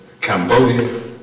Cambodia